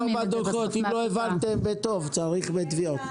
אחרי ארבעה דוחות אם לא הבנתם בטוב צריך בתביעות.